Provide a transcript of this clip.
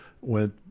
went